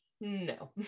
No